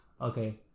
okay